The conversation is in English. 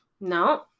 No